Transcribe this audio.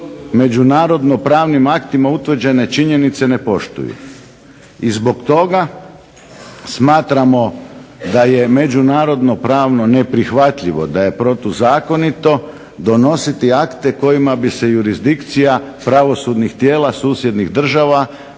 međunarodno pravnim aktima utvrđene činjenice ne poštuju. I zbog toga smatramo da je međunarodno pravno neprihvatljivo, da je protuzakonito donositi akte kojima bi se jurisdikcija pravosudnih tijela susjednih država